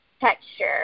texture